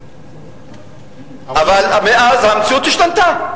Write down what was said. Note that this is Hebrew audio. אבל מאז המציאות השתנתה.